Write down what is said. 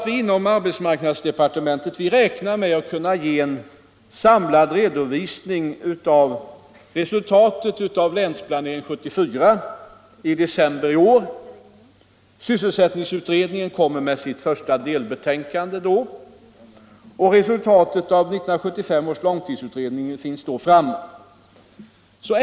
Inom arbetsmarknadsdepartementet räknar vi med att kunna ge en samlad redovisning av resultatet av Länsplanering 74 i december i år. Sysselsättningsutredningen kommer med sitt första delbetänkande då, och resultatet av 1975 års långtidsutredning finns då också framme.